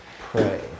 pray